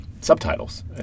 subtitles